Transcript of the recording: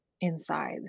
inside